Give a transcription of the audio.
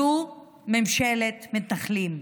זו ממשלת מתנחלים,